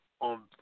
on